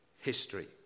history